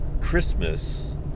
Christmas